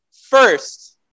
First